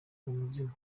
umuzimu